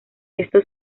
esto